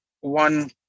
one